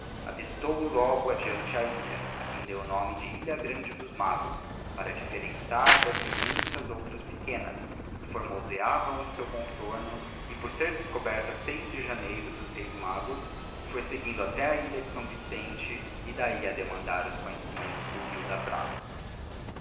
avistou logo adiante a ilha a que deu o nome de ilha grande dos magos para a diflferençar hias immensas outras pequenas que formoseavam o seu contorno e por ser descoberta a de janeiro dos reis magos e foi seguindo até a ilha de s vicente e d'ahi a demandar os conhecimentos do rio da prata